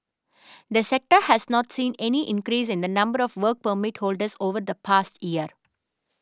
the sector has not seen any increase in the number of Work Permit holders over the past year